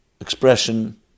Expression